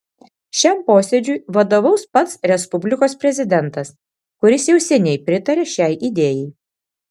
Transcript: šiam posėdžiui vadovaus pats respublikos prezidentas kuris jau seniai pritaria šiai idėjai